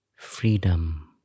Freedom